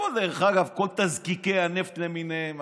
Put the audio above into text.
דרך אגב, איפה כל תזקיקי הנפט למיניהם?